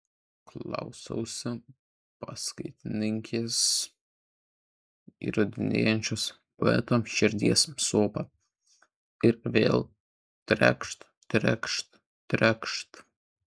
klausausi paskaitininkės įrodinėjančios poeto širdies sopą ir vėl trekšt trekšt trekšt